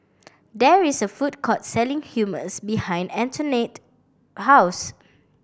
there is a food court selling Hummus behind Antonette house